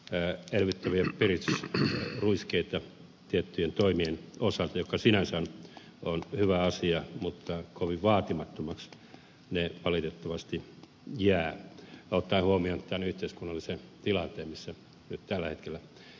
se ei sisältää joitakin elvyttäviä piristysruiskeita tiettyjen toimien osalta mikä sinänsä on hyvä asia mutta kovin vaatimattomiksi ne valitettavasti jäävät ottaen huomioon tämän yhteiskunnallisen tilanteen missä nyt tällä hetkellä eletään